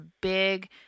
big